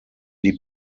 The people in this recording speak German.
die